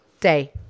day